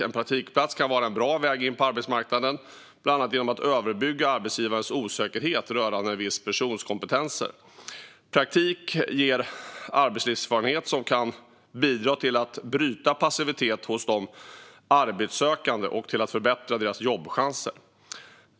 En praktikplats kan vara en bra väg in på arbetsmarknaden, bland annat genom att överbrygga arbetsgivarens osäkerhet rörande en viss persons kompetenser. Praktik ger arbetslivserfarenhet som kan bidra till att bryta passivitet hos arbetssökande och till att förbättra deras jobbchanser.